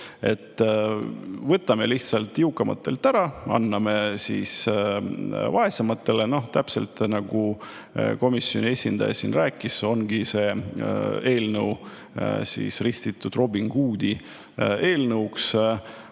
Võtame lihtsalt jõukamatelt ära ja anname vaesematele. Täpselt nagu komisjoni esindaja siin rääkis, ongi see eelnõu ristitud Robin Hoodi eelnõuks.